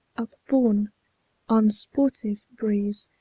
upborne on sportive breeze,